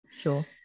Sure